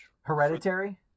hereditary